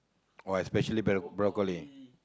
oh especially bro~ broccoli